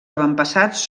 avantpassats